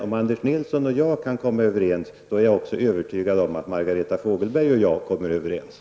Om Anders Nilsson och jag kan komma överens, är jag övertygad om att också Margareta Fogelberg och jag kan göra det.